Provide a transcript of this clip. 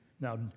Now